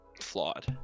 flawed